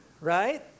right